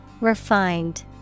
Refined